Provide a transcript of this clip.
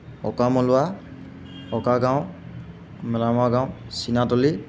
অকামলুৱা অকা গাঁও মেলামৰা গাঁও চিনাতলি